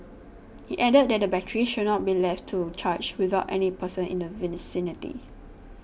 he added that the batteries should not be left to charge without any person in the vicinity